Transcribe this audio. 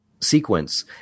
sequence